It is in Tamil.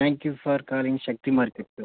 thank you for calling Sakthi market sir